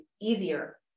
easier